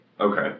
okay